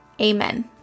Amen